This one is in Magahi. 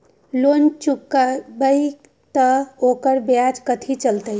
लोन चुकबई त ओकर ब्याज कथि चलतई?